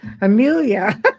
Amelia